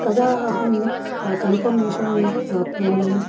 कदा अहं कन्फर्मेषन् प्राप्नोमि